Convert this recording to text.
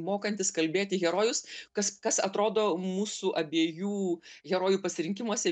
mokantis kalbėti herojus kas kas atrodo mūsų abiejų herojų pasirinkimuose